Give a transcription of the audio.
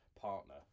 partner